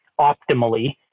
optimally